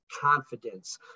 confidence